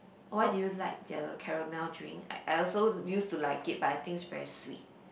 why do you like the caramel drink I I also used to like it but I think is very sweet